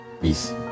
Peace